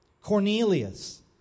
Cornelius